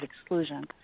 exclusion